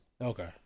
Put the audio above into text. Okay